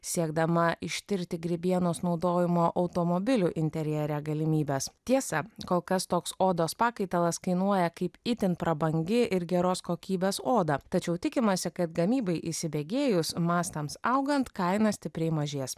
siekdama ištirti grybienos naudojimo automobilių interjere galimybes tiesa kol kas toks odos pakaitalas kainuoja kaip itin prabangi ir geros kokybės oda tačiau tikimasi kad gamybai įsibėgėjus mastams augant kaina stipriai mažės